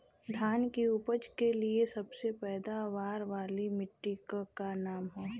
धान की उपज के लिए सबसे पैदावार वाली मिट्टी क का नाम ह?